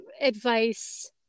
advice